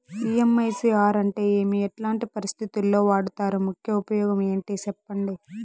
MICR అంటే ఏమి? ఎట్లాంటి పరిస్థితుల్లో వాడుతారు? ముఖ్య ఉపయోగం ఏంటి సెప్పండి?